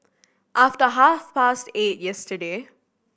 after half past eight yesterday